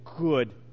good